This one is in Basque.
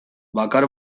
bakar